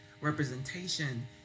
representation